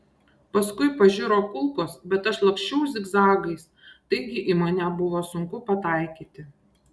paskui pažiro kulkos bet aš laksčiau zigzagais taigi į mane buvo sunku pataikyti